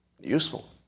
Useful